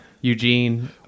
Eugene